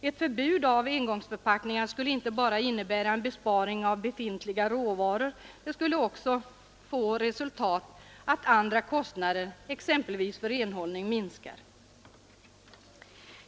Ett förbud mot engångsförpackningar skulle inte bara innebära en besparing av befintliga råvaror utan skulle också få till resultat att andra kostnader, exempelvis för renhållning, minskar.